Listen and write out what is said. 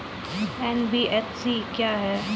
NBFC क्या है?